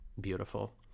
Beautiful